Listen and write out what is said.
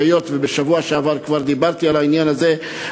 היות שבשבוע שעבר כבר דיברתי על העניין הזה,